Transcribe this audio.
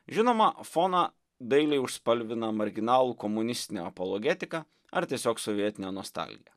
žinoma foną dailiai užspalvina marginalų komunistinė apologetika ar tiesiog sovietinė nostalgija